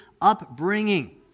upbringing